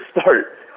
start